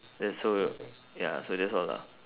that's so ya so that's all lah